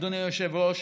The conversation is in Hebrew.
אדוני היושב-ראש,